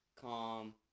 calm